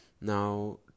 now